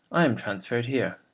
i am transferred here.